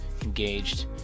engaged